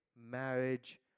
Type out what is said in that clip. marriage